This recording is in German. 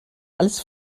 alles